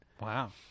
Wow